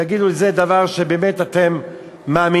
תגידו לי, זה דבר שבאמת אתם מאמינים?